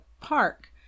park